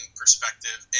perspective